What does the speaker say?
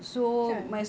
kan